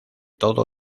todo